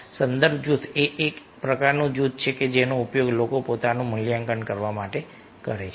સંદર્ભ જૂથ એ એક પ્રકારનું જૂથ છે જેનો ઉપયોગ લોકો પોતાનું મૂલ્યાંકન કરવા માટે કરે છે